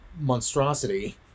monstrosity